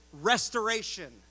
restoration